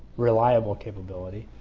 reliable capability,